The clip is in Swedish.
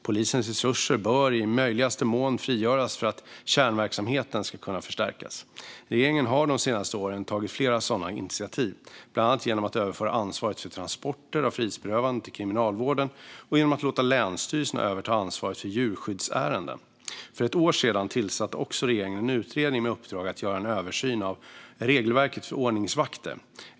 Polisens resurser bör i möjligaste mån frigöras för att kärnverksamheten ska kunna förstärkas. Regeringen har de senaste åren tagit flera sådana initiativ, bland annat genom att överföra ansvaret för transporter av frihetsberövade till Kriminalvården och genom att låta länsstyrelserna överta ansvaret för djurskyddsärenden. För ett år sedan tillsatte också regeringen en utredning med uppdrag att göra en översyn av regelverket för ordningsvakter.